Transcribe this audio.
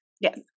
Yes